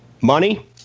Money